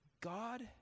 God